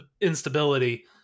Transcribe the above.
instability